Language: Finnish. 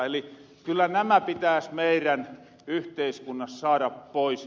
eli kyllä nämä pitääs meirän yhteiskunnas saada pois